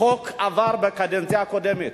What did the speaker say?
החוק עבר בקדנציה הקודמת